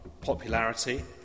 popularity